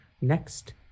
next